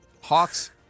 Hawks